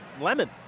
lemon